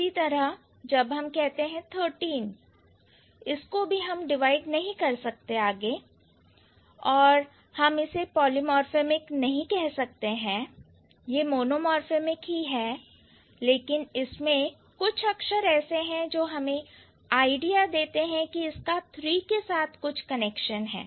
इसी तरह जब हम कहते हैं thirteen इसको भी हम डिवाइड नहीं कर सकते हैं और हम इसे पॉलीमार्फेमिक नहीं कह सकते हैं यह मोनोमॉर्फेमिक है लेकिन इसमें कुछ अक्षर ऐसे हैं जो हमें आइडिया देते हैं कि इसका three के साथ कुछ कनेक्शन है